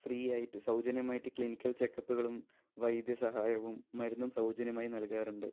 ഫ്രീയായിട്ട് സൗജന്യമായിട്ട് ക്ലിനിക്കല് ചെക്കപ്പുകളും വൈദ്യസഹായവും മരുന്നും സൗജന്യമായി നല്കാറുണ്ട്